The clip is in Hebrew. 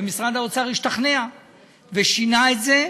ומשרד האוצר השתכנע ושינה את זה,